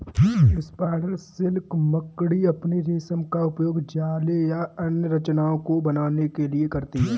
spider silk मकड़ी अपने रेशम का उपयोग जाले या अन्य संरचनाओं को बनाने के लिए करती हैं